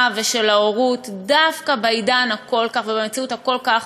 ושל ההורות דווקא בעידן ובמציאות הכל-כך